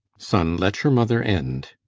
son, let your mother end.